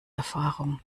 erfahrung